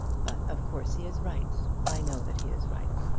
but of course he is right. i know that he is right.